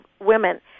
women